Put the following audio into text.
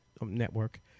network